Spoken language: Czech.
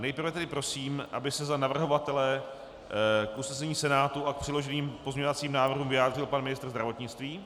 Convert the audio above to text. Nejprve tedy prosím, aby se za navrhovatele k usnesení Senátu a k přiloženým pozměňovacím návrhům vyjádřil pan ministr zdravotnictví.